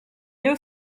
eux